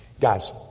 Guys